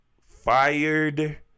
fired